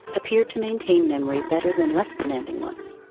appear to maintain memory better than less demanding ones.